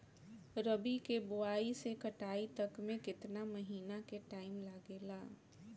रबी के बोआइ से कटाई तक मे केतना महिना के टाइम लागेला?